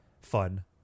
fun